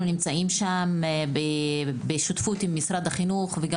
אנחנו נמצאים שם בשותפות עם משרד החינוך וגם